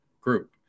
group